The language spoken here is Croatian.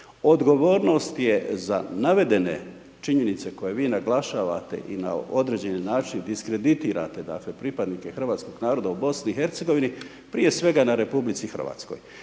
Odgovornost je za navedene činjenice koje vi naglašavate i na određeni način diskreditirate, dakle pripadnike hrvatskog naroda u BiH prije svega na RH.